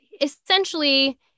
essentially